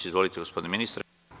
Izvolite, gospodine ministre.